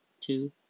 two